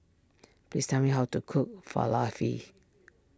please tell me how to cook Falafel